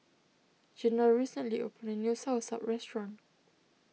Janell recently opened a new Soursop restaurant